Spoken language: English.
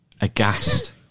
aghast